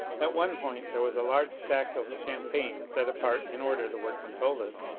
at one point there was a large stack of champagne set apart, in order, the workmen told us,